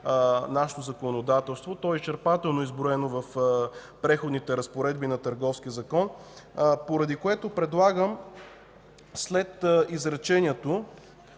нашето законодателство. То е изчерпателно изброено в Преходните разпоредби на Търговския закон, поради което предлагам след изречението